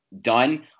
done